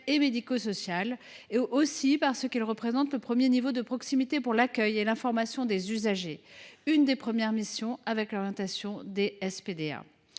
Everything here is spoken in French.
et médico sociale. Ils représentent en outre le premier niveau de proximité pour l’accueil et l’information des usagers, l’une des premières missions avec l’orientation des SPDA.